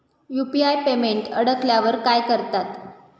UPI payment अडकल्यावर काय करतात?